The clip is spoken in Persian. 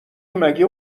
مگه